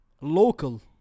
local